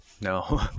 No